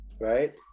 right